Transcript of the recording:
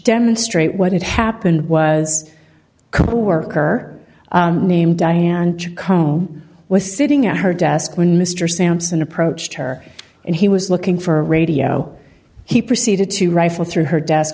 demonstrate what had happened was coworker named diane combe was sitting at her desk when mr sampson approached her and he was looking for a radio he proceeded to rifle through her desk